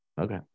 Okay